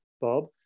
Bob